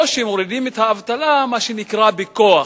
או שמורידים את האבטלה, מה שנקרא, בכוח?